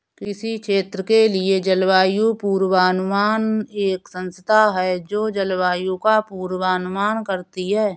किसी क्षेत्र के लिए जलवायु पूर्वानुमान एक संस्था है जो जलवायु का पूर्वानुमान करती है